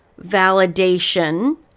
validation